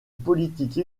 politique